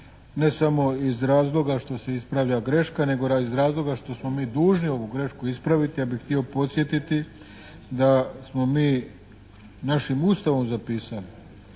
ne samo iz razloga što se ispravlja greška nego iz razloga što smo mi dužni ovu grešku ispraviti. Ja bih htio podsjetiti da smo mi našim Ustavom zapisali